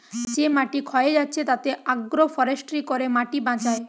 যে মাটি ক্ষয়ে যাচ্ছে তাতে আগ্রো ফরেষ্ট্রী করে মাটি বাঁচায়